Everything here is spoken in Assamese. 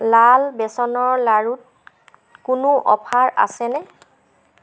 লাল বেচনৰ লাড়ুত কোনো অফাৰ আছেনে